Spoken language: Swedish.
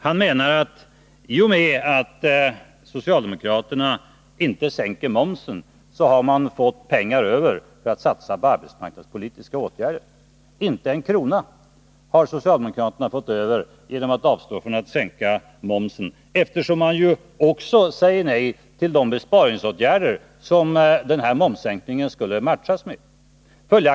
Han menar att i och med att socialdemokraterna inte sänker momsen får man pengar över för att satsa på arbetsmarknadspolitiska åtgärder. Inte en krona har socialdemokraterna fått över genom att avstå från att sänka momsen, eftersom man ju också säger nej till de besparingsåtgärder som denna momssänkning skulle matchas med.